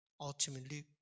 ultimately